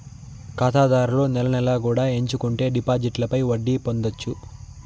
ఖాతాదారులు నెల నెలా కూడా ఎంచుకుంటే డిపాజిట్లపై వడ్డీ పొందొచ్చు